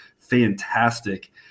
fantastic